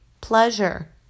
pleasure